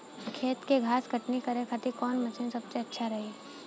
खेत से घास कटनी करे खातिर कौन मशीन सबसे अच्छा रही?